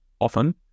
often